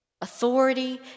Authority